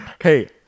hey